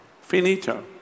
finito